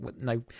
no